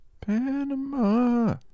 Panama